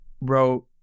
wrote